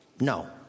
No